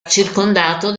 circondato